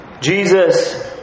Jesus